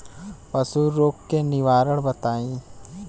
पशु रोग के निवारण बताई?